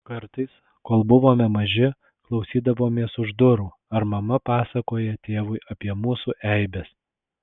kartais kol buvome maži klausydavomės už durų ar mama pasakoja tėvui apie mūsų eibes